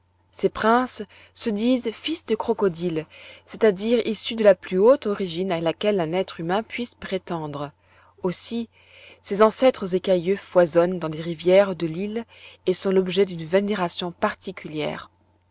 ces princes se disent fils de crocodiles c'est-à-dire issus de la plus haute origine à laquelle un être humain puisse prétendre aussi ces ancêtres écailleux foisonnent dans les rivières de l'île et sont l'objet d'une vénération particulière